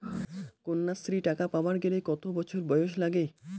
কন্যাশ্রী টাকা পাবার গেলে কতো বছর বয়স লাগে?